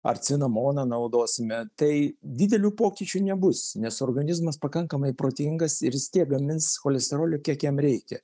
ar cinamoną naudosime tai didelių pokyčių nebus nes organizmas pakankamai protingas ir jis tiek gamins cholesterolio kiek jam reikia